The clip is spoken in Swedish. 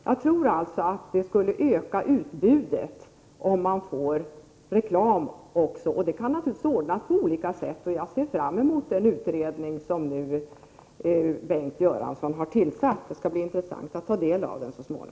Jag tror alltså att utbudet skulle öka, om man finge reklam. Detta kan naturligtvis ordnas på olika sätt. Jag ser fram emot resultatet av den utredning som Bengt Göransson har tillsatt. Så småningom skall det bli intressant att ta del av den.